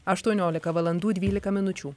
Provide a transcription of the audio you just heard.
aštuoniolika valandų dvylika minučių